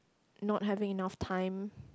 not having enough time